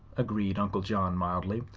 agreed uncle john, mildly.